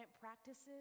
practices